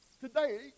Today